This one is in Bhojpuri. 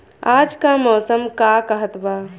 आज क मौसम का कहत बा?